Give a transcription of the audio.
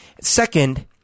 second